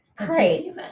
Great